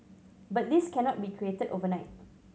but this cannot be created overnight